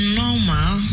normal